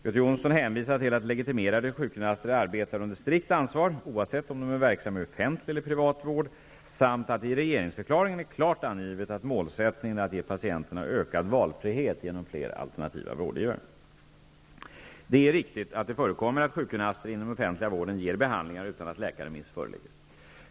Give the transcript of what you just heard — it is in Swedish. Göte Jonsson hänvisar till att legitimerade sjukgymnaster arbetar under strikt ansvar, oavsett om de är verksamma i offentlig eller privat vård, samt att det i regeringsförklaringen är klart angivet att målsättningen är att ge patienterna ökad valfrihet genom fler alternativa vårdgivare. Det är riktigt att det förekommer att sjukgymnaster inom den offentliga vården ger behandlingar utan att läkarremiss föreligger.